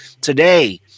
Today